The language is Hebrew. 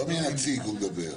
לא מנציג אני מדבר.